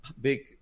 big